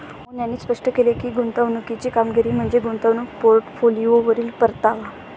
मोहन यांनी स्पष्ट केले की, गुंतवणुकीची कामगिरी म्हणजे गुंतवणूक पोर्टफोलिओवरील परतावा